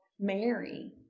Mary